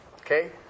Okay